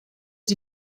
sie